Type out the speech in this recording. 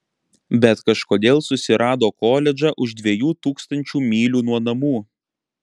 bet kažkodėl susirado koledžą už dviejų tūkstančių mylių nuo namų